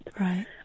Right